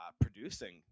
producing